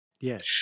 Yes